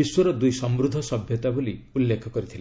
ବିଶ୍ୱର ଦୁଇ ସମୃଦ୍ଧ ସଭ୍ୟତା ବୋଲି ଉଲ୍ଲେଖ କରିଥିଲେ